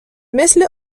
مثل